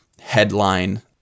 headline